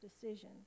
decision